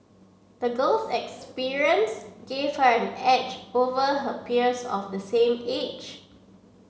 the girl's experience gave her an edge over her peers of the same age